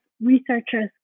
researchers